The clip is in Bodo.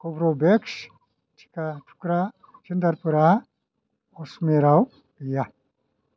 कब्रभेक्स टिका थुग्रा सेन्टारफोरा अजमेराव गैया